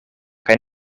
kaj